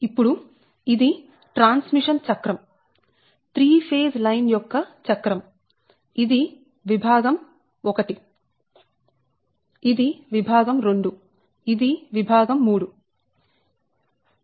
ఇప్పుడు ఇది ట్రాన్స్మిషన్ చక్రం 3 ఫేజ్ లైన్ యొక్క చక్రం ఇది విభాగం 1 ఇది విభాగం 2ఇది విభాగం 3